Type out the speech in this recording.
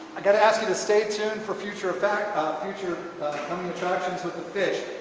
i got to ask you to stay tuned for future effect um future coming attractions with the fish.